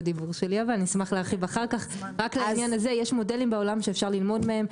יש מודלים בעולם שאפשר ללמוד מהם.